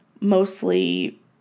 mostly